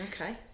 Okay